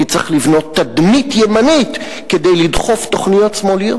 כי צריך לבנות תדמית ימנית כדי לדחוף תוכניות שמאליות.